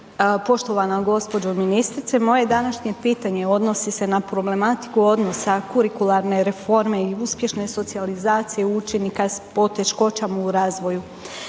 Poštovana g-đo. ministrice moje današnje pitanje odnosni se na problematiku odnosa kurikularne reforme i uspješne socijalizacije učenika s poteškoćama u razvoju.